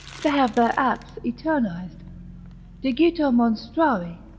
to have their acts eternised digito monstrari,